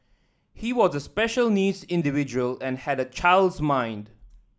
he was a special needs individual and had a child's mind